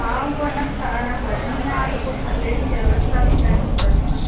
हा उहा अञां गर्मी आहे त पोइ थधे जी बि व्यवस्था कई हूंदनि न